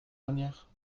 dernière